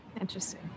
Interesting